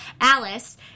Alice